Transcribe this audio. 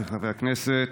חברי הכנסת,